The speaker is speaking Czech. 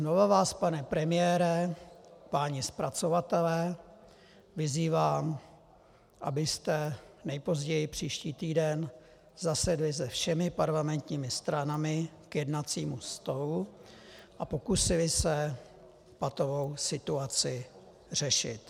Znovu vás, pane premiére, páni zpracovatelé, vyzývám abyste nejpozději příští týden zasedli se všemi parlamentními stranami k jednacímu stolu a pokusili se patovou situaci řešit.